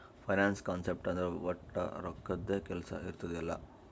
finance concept ಅಂದುರ್ ವಟ್ ರೊಕ್ಕದ್ದೇ ಕೆಲ್ಸಾ ಇರ್ತುದ್ ಎಲ್ಲಾ